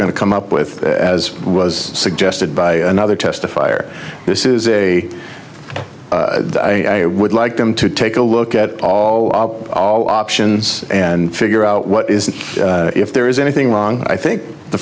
going to come up with as was suggested by another test a fire this is a i would like them to take a look at all ob options and figure out what is and if there is anything wrong i think the